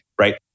right